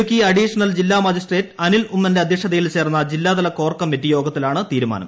Idukki additional ജില്ലാ magistrate Anil ഉമ്മന്റെ അധ്യക്ഷതയിൽ ചേർന്ന ജില്ലാതല കോർ കമ്മറ്റി യോഗത്തിലാണ് തീരുമാനം